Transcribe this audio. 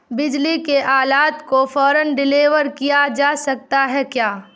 بجلی کے آلات کو فوراً ڈلیور کیا جا سکتا ہے کیا